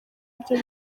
ibyo